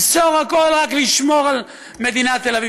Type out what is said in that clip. למסור הכול, רק לשמור על מדינת תל אביב.